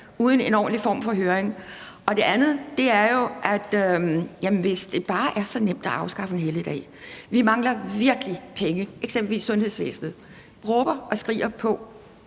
uden en ordentlig form for høring? Det andet er jo, hvis det bare er så nemt at afskaffe en helligdag. Vi mangler virkelig penge, eksempelvis råber og skriger